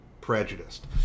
prejudiced